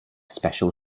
special